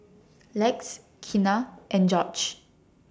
Lex Keanna and Gorge